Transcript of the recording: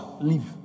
leave